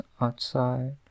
outside